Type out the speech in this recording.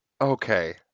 Okay